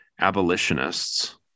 abolitionists